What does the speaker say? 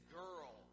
girl